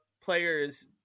players